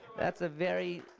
that's a very.